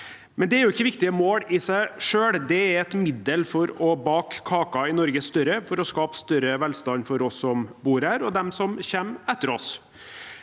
Men det er jo ikke viktige mål i seg selv, det er et middel for å bake kaken i Norge større, for å skape større velstand for oss som bor her og de som kommer etter oss.